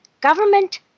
government